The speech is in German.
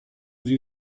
sie